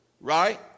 right